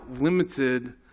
limited